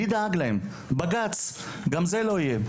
מי ידאג להם אם בג״ץ לא יהיה?